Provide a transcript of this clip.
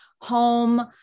home